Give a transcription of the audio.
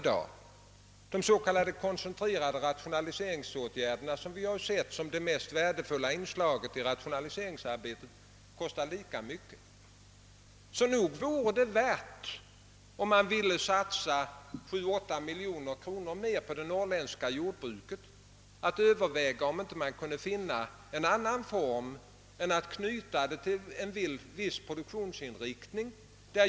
De s.k. koncentrerade rationaliseringsåtgärderna, vilka vi betraktat som det mest värdefulla inslaget i rationaliseringsarbetet, kostar lika mycket. ä Om man nu vill satsa 7 å 8 miljoner kronor mer på det norrländska jord 'bruket, så vore det nog värt att söka finna en annan form för detta bidrag än att knyta det till en viss del av jordbruksproduktionen.